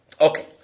Okay